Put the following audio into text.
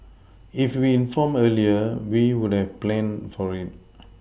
if we were informed earlier we would have planned for it